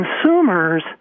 consumers